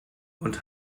und